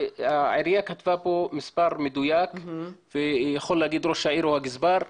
העירייה כתבה כאן מספר מדויק ויכול לומר ראש העיר או הגזבר.